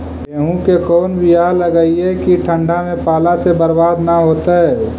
गेहूं के कोन बियाह लगइयै कि ठंडा में पाला से बरबाद न होतै?